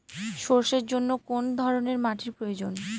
সরষের জন্য কোন ধরনের মাটির প্রয়োজন?